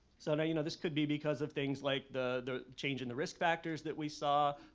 so and you know this could be because of things like the the change in the risk factors that we saw.